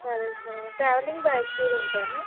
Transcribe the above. సరే సరే travelling bags కూడా ఉంటాయా మ్యామ్